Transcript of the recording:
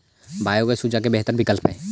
biogas ऊर्जा के बेहतर विकल्प हई